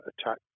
attack